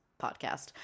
podcast